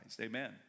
Amen